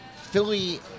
Philly